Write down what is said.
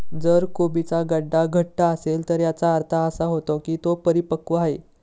जर कोबीचा गड्डा घट्ट असेल तर याचा अर्थ असा होतो की तो परिपक्व आहे